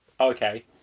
okay